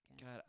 God